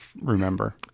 remember